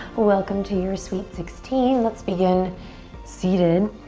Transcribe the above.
welcome to your sweet sixteen. let's begin seated.